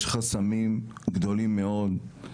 יש חסמים גדולים מאוד,